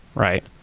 right?